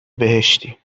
بهشتی